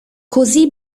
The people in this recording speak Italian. così